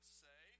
say